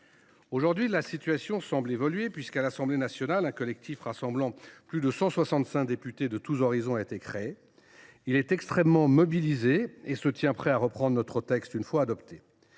La situation semble toutefois évoluer puisque, à l’Assemblée nationale, un collectif rassemblant plus de 165 députés de tous horizons a été créé. Il est extrêmement mobilisé et se tient prêt à reprendre notre texte une fois que